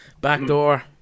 Backdoor